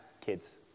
kids